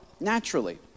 naturally